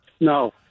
No